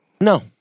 no